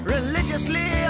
Religiously